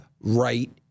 right